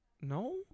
no